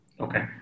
okay